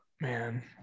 Man